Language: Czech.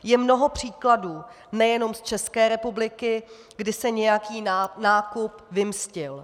Je mnoho příkladů nejenom z České republiky, kdy se nějaký nákup vymstil.